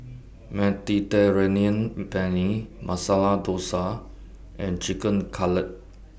Mediterranean Penne Masala Dosa and Chicken Cutlet